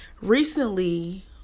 Recently